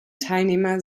teilnehmer